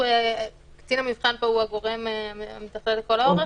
קצין המבחן פה הוא הגורם המתכלל לכל האורך.